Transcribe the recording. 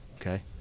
Okay